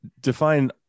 Define